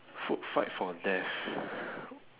food fight for death